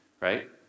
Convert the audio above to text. right